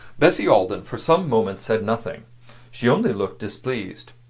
bessie alden for some moments said nothing she only looked displeased.